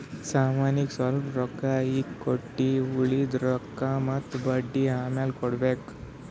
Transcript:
ಸಾಮಾನಿಗ್ ಸ್ವಲ್ಪ್ ರೊಕ್ಕಾ ಈಗ್ ಕಟ್ಟಿ ಉಳ್ದಿದ್ ರೊಕ್ಕಾ ಮತ್ತ ಬಡ್ಡಿ ಅಮ್ಯಾಲ್ ಕಟ್ಟಬೇಕ್